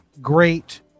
great